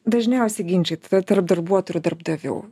dažniausiai ginčai tarp darbuotojų ir darbdavių